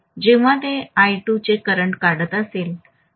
जेव्हा ते आय 2 चे करंट काढत असेल